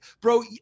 bro